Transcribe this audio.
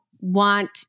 want